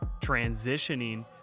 transitioning